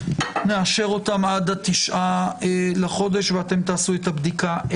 נאשר אותן עד ה-9 בחודש ואתם תעשו את הבדיקה.